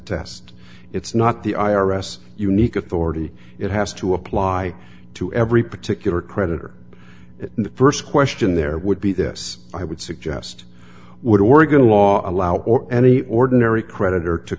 test it's not the i r s unique authority it has to apply to every particular creditor it in the st question there would be this i would suggest would oregon law allow or any ordinary creditor to